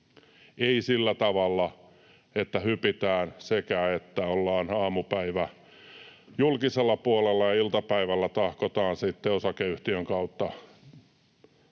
ei sillä tavalla, että hypitään sekä—että, ollaan aamupäivä julkisella puolella ja iltapäivällä tahkotaan sitten osakeyhtiön kautta